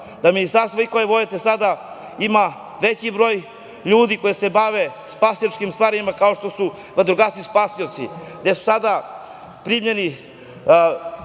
da Ministarstvo koje vodite sada ima veći broj ljudi koji se bave spasilačkim stvarima kao što su vatrogasci spasioci, gde su sada primljeni